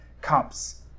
cups